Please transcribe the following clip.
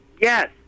Yes